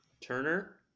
Turner